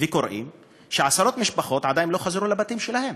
וקוראים שעשרות משפחות עדיין לא חזרו לבתים שלהם,